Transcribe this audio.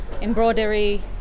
embroidery